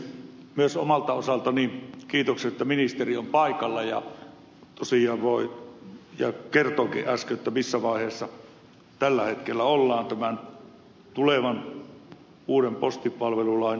myös omalta osaltani kiitokset että ministeri on paikalla ja että hän tosiaan kertoikin äsken missä vaiheessa tällä hetkellä ollaan tämän tulevan uuden postipalvelulakiesityksen kohdalla